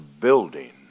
building